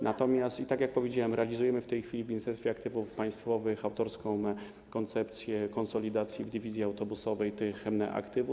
Natomiast, tak jak powiedziałem, realizujemy w tej chwili w Ministerstwie Aktywów Państwowych autorską koncepcję konsolidacji w dywizji autobusowej tych aktywów.